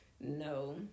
no